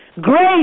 great